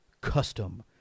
custom